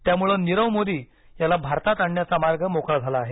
त्यामुळं नीरव मोदी याला भारतात आणण्याचा मार्ग मोकळा झाला आहे